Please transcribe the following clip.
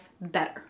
better